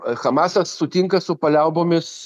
hamasas sutinka su paliaubomis